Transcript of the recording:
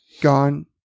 gone